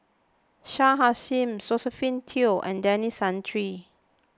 Shah Hussain Josephine Teo and Denis Santry